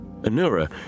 Anura